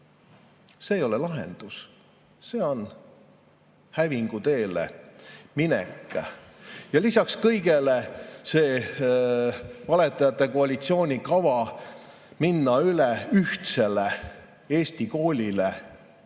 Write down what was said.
See ei ole lahendus, see on hävingu teele minek. Lisaks kõigele on valetajate koalitsioonil kava minna üle ühtsele eesti koolile,